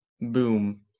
boom